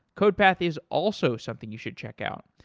codepath is also something you should check out.